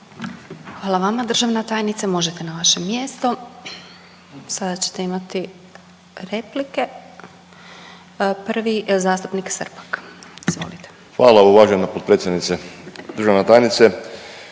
Hvala vama državna tajnice, možete na vaše mjesto. Sada ćete imati replike, prvi zastupnik Srpak, izvolite. **Srpak, Dražen (HDZ)** Hvala uvažena potpredsjednice. Državna tajnice,